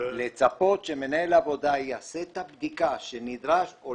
לצפות שמנהל העבודה יעשה את הבדיקה שנדרשת או